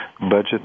budget